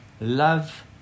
love